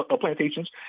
plantations